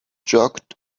jerked